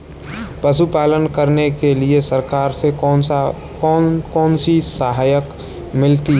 पशु पालन करने के लिए सरकार से कौन कौन सी सहायता मिलती है